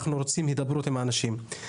אנחנו רוצים הידברות עם האנשים.